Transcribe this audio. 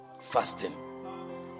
fasting